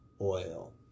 oil